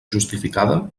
justificada